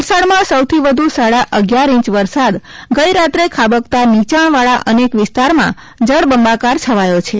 વલસાડમાં સૌથી વધુ સાડા અગિયાર ઇંચ વરસાદ ગઇરાત્રે ખાબકતા નીચાણવાળા અનેક વિસ્તારમાં જળબંબાકાર છવાયો છે